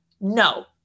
no